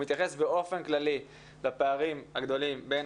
הוא מתייחס באופן כללי לפערים הגדולים בין